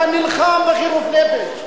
היית נלחם בחירוף נפש.